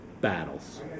battles